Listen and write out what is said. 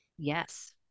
yes